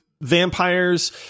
vampires